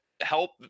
help